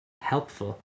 helpful